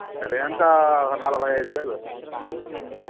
సరే ఎంత ఒక నలభై ఐదు వేలు